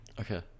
Okay